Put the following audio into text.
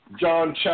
John